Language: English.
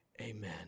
Amen